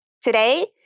Today